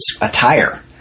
attire